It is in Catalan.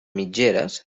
mitgeres